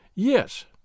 Yes